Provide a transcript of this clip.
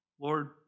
Lord